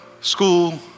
school